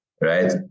right